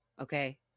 okay